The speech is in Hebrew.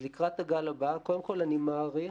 קודם כול, אני מעריך